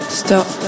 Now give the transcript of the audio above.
stop